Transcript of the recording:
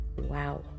wow